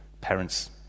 parents